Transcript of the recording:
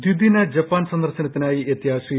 ദ്ധിദിന Japan സന്ദർശനത്തിനായി എത്തിയ ശ്രീ